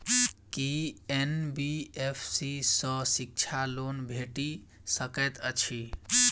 की NBFC सँ शिक्षा loan भेटि सकैत अछि?